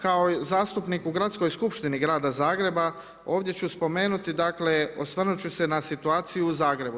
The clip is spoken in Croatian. Kao zastupnik u gradskoj skupštini Grada Zagreba, ovdje ću spomenuti, dakle, osvrnuti ću se na situaciju u Zagrebu.